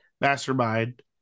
mastermind